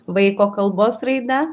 vaiko kalbos raida